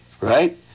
right